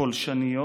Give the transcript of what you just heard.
פולשניות,